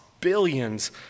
billions